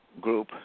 group